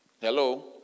Hello